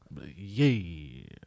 yay